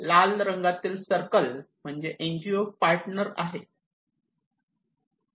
लाल रंगातील सर्कल म्हणजे एनजीओ पार्टनर आहेत